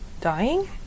dying